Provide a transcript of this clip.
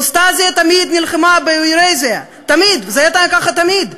איסטאסיה תמיד נלחמה באיראסיה, וזה היה ככה תמיד.